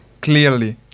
Clearly